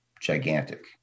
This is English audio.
gigantic